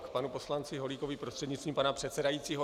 Panu poslanci Holíkovi prostřednictvím pana předsedajícího.